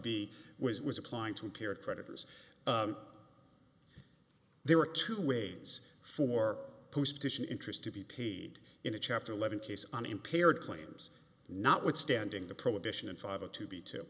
b was was applying to appear creditors there were two ways for an interest to be paid in a chapter eleven case unimpaired claims notwithstanding the prohibition and five a to b two